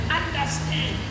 understand